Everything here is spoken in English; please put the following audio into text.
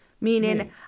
meaning